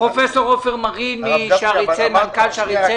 פרופ' עופר מרין מנכ"ל שערי צדק.